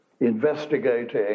investigating